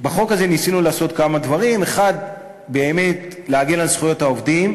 שבחוק הזה ניסינו לעשות כמה דברים: 1. באמת להגן על זכויות העובדים.